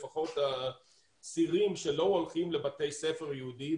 לפחות צעירים שלא הולכים לבתי ספר יהודיים,